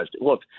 Look